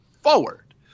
forward